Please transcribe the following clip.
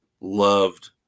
loved